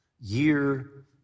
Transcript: year